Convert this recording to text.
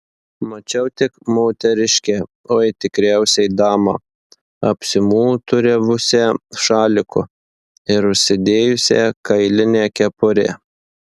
mačiau tik moteriškę oi tikriausiai damą apsimuturiavusią šaliku ir užsidėjusią kailinę kepurę